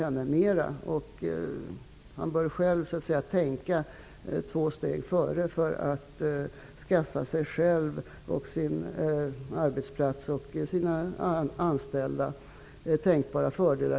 Han eller hon bör själv tänka två steg före, detta för att skaffa sig själv, sin arbetsplats och sina anställda alla tänkbara fördelar.